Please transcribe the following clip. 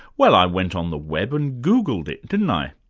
well, i went on the web and googled it, didn't i?